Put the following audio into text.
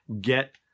get